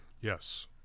Yes